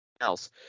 else